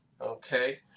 okay